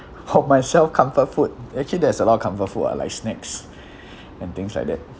for myself comfort food actually there's a lot of comfort food ah like snacks and things like that